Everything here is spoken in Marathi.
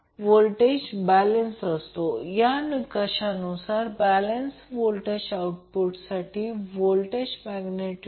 तर या प्रकरणात काय केले जाऊ शकते की एकूण इम्पेडन्स आपल्याला माहित आहे की या RL आणि XL दोन्ही व्हेरिएबल आहेत